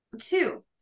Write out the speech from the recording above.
Two